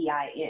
EIN